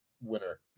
winner